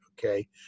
okay